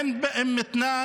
הן באום מתנאן